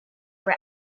were